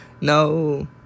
no